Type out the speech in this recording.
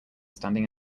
standing